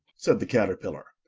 said the caterpillar.